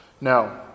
Now